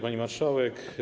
Pani Marszałek!